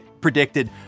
predicted